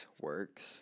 works